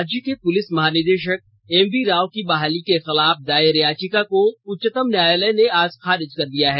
राज्य के पुलिस महानिदेशक एमवी राव की बहाली के खिलाफ दायर याचिका को उच्चतम न्यायालय ने आज खारिज कर दिया है